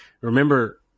remember